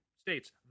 states